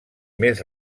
més